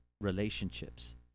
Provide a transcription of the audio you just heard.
relationships